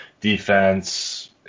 Defense